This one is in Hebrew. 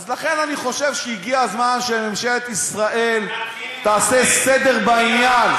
אז לכן אני חושב שהגיע הזמן שממשלת ישראל תעשה סדר בעניין,